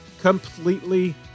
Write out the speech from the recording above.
completely